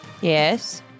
Yes